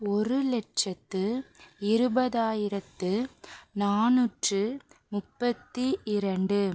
ஒரு லட்சத்து இருபதாயிரத்து நானூற்று முப்பத்தி இரண்டு